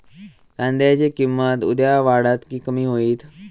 कांद्याची किंमत उद्या वाढात की कमी होईत?